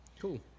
Cool